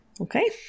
Okay